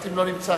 לסדר-יום.